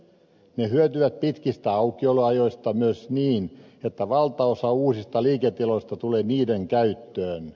ne hyötyvät pitkistä aukioloajoista myös niin että valtaosa uusista liiketiloista tulee niiden käyttöön